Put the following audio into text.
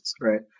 right